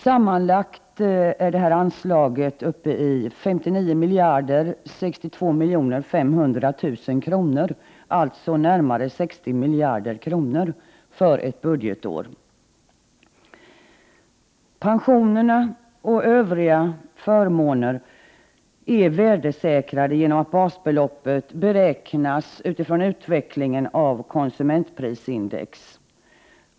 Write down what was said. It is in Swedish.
Sammanlagt är dessa anslag uppe i 59 062 500 000 kr., alltså närmare 60 miljarder kronor för ett budgetår. Pensionerna och övriga förmåner är värdesäkrade genom att basbeloppet beräknas utifrån utvecklingen av konsumentprisindex.